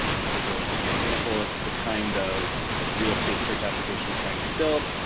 which is ah an example of the kind of real estate search application we're trying to build.